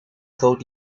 groot